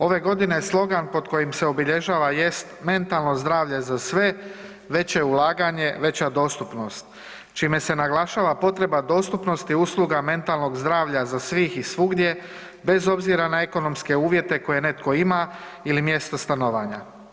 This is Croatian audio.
Ove godine slogan pod kojim se obilježava jest „Mentalno zdravlje za sve veće ulaganje, veća dostupnost“, čime se naglašava potreba dostupnosti usluga mentalnog zdravlja za svih i svugdje, bez obzira na ekonomske uvjete koje netko ima ili mjesto stanovanja.